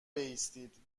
بایستید